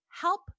help